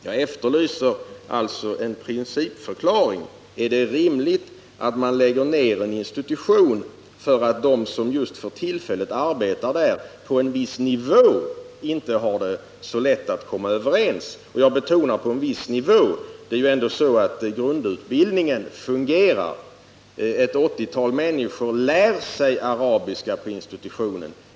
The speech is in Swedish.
Jag efterlyser alltså en principförklaring: Är det rimligt att man lägger ned eninstitution därför att de som just för tillfället arbetar där på en viss nivå inte harså lätt att komma överens? Jag betonar orden på en viss nivå. Det är ändå så att grundutbildningen fungerar. Ett åttiotal människor lär sig arabiska på institutionen.